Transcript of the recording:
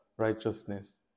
Righteousness